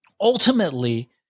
ultimately